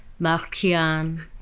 Markian